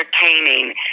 entertaining